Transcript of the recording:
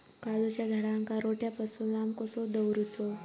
काजूच्या झाडांका रोट्या पासून लांब कसो दवरूचो?